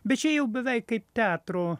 bet čia jau beveik kaip teatro